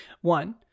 One